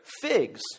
figs